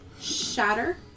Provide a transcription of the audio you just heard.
shatter